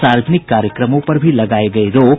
सावर्जनिक कार्यक्रमों पर भी लगायी गयी रोक